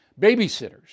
babysitters